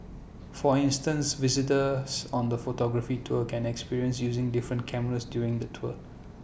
for instance visitors on the photography tour can experience using different cameras during the tour